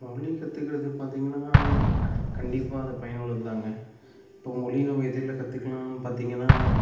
மொழி கற்றுக்கிறது பார்த்திங்கன்னா கண்டிப்பாக அது பயனுள்ளது தாங்க இப்போ மொழி நம்ம எதில் கற்றுக்கலாம் பார்த்திங்கன்னா